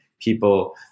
people